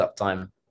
uptime